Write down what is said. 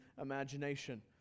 imagination